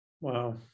Wow